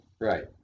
Right